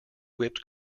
whipped